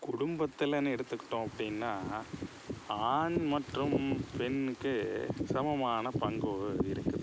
குடும்பத்திலன்னு எடுத்துகிட்டோம் அப்படின்னா ஆண் மற்றும் பெண்ணுக்கே சமமான பங்கு இருக்குது